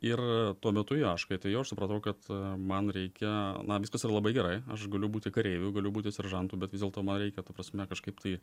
ir tuo metu jo aš kai atėjau aš supratau kad man reikia na viskas yra labai gerai aš galiu būti kareiviu galiu būti seržantu bet vis dėlto man reikia ta prasme kažkaip tai